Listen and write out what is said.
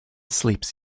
sleeps